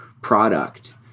product